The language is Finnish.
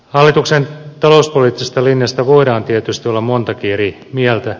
hallituksen talouspoliittisesta linjasta voidaan tietysti olla montakin eri mieltä